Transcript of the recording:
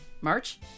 March